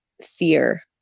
fear